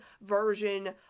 version